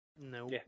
No